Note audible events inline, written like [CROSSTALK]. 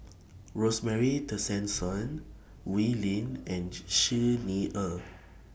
Rosemary Tessensohn Wee Lin [NOISE] and Xi [NOISE] Xi Ni Er